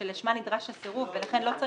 וכמו שלא איפשרנו לגבות עמלה גם לא קבענו